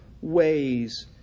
ways